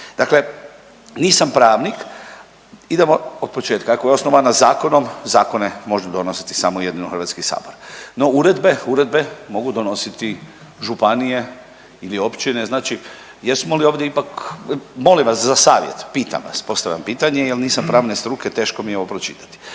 Dakle, nisam pravnik idemo od početka, ako je osnovana zakonom zakone može donositi samo jedino Hrvatski sabor. No, uredbe, uredbe mogu donositi županije ili općine, znači jesmo li ovdje ipak, molim vas za savjet, pitam vas. Postavljam pitanje jer nisam pravne struke teško mi je ovo pročitati.